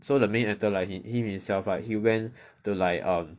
so the main actor like him himself right he went to like um